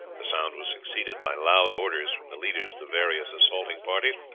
the sound was succeeded by loud orders from the leaders of the various assaulting parties,